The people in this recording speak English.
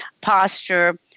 posture